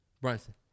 Brunson